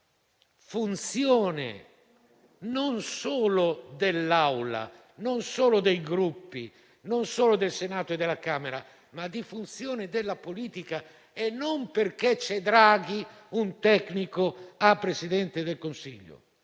di funzione non solo dell'Assemblea, non solo dei Gruppi, non solo del Senato e della Camera, ma della politica e non perché c'è Draghi, un tecnico, come Presidente del Consiglio.